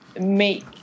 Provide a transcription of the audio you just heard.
make